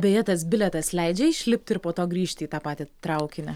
beje tas bilietas leidžia išlipti ir po to grįžti į tą patį traukinį